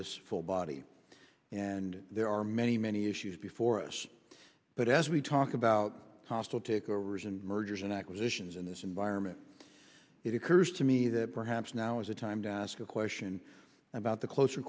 this full body and there are many many issues before us but as we talk about hostile takeovers and mergers and acquisitions in this environment it occurs to me that perhaps now is a time to ask a question about the closer